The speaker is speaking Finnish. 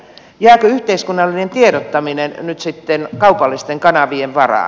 jääkö yhteiskunnallinen tiedottaminen nyt sitten kaupallisten kanavien varaan